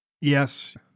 yes